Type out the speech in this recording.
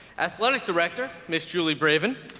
athletic director miss julie bravin,